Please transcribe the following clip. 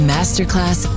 Masterclass